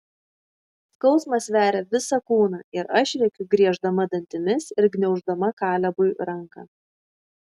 skausmas veria visą kūną ir aš rėkiu grieždama dantimis ir gniauždama kalebui ranką